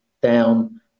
down